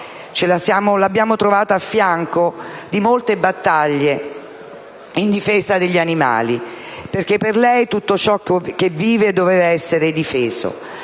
L'abbiamo avuta a fianco in tante battaglie a difesa degli animali perché per lei tutto ciò che viveva doveva essere difeso.